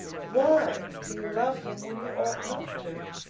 why do you love him when you ought not to?